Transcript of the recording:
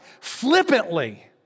flippantly